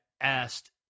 asked